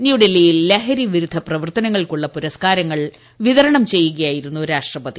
ന്യൂഡൽഹിയിൽ ല്ഹിരിവിരുദ്ധ പ്രവർത്തനങ്ങൾക്കുള്ള പുരസ്കാരങ്ങൾ വിതരണ്ട് ചെയ്യുകയായിരുന്നു രാഷ്ട്രപതി